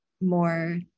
more